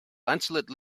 lanceolate